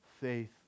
faith